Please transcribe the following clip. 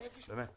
אגיש אותן.